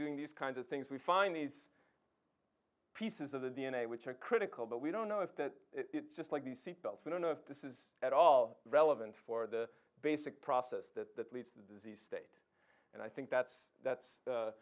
doing these kinds of things we find these pieces of the d n a which are critical but we don't know if that it's just like the seatbelts we don't know if this is at all relevant for the basic process that that leads to disease and i think that's that's